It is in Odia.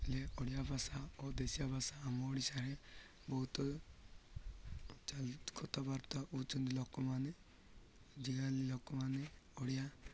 ହେଲେ ଓଡ଼ିଆ ଭାଷା ଓ ଦେଶିଆ ଭାଷା ଆମ ଓଡ଼ିଶାରେ ବହୁତ ଚାଲି କଥାବାର୍ତ୍ତା ହେଉଛନ୍ତି ଲୋକମାନେ ଯେଉଁଭଳି ଲୋକମାନେ ଓଡ଼ିଆ